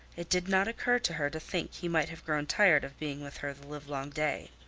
it did not occur to her to think he might have grown tired of being with her the livelong day.